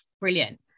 Brilliant